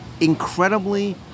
incredibly